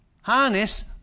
harness